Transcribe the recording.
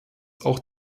auch